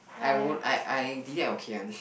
I won't I I delete I okay one